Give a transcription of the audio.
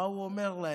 מה הוא אומר להם?